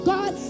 God